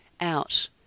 out